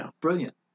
Brilliant